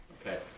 Okay